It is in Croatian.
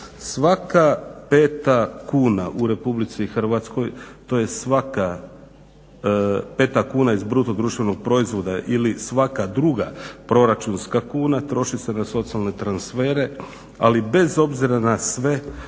Svaka peta kuna u RH, tj svaka peta kuna iz bruto društvenog proizvoda ili svaka druga proračunska kuna troši se na socijalne transfere, ali bez obzira na sve